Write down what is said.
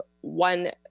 one